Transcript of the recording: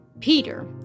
Peter